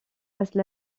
passent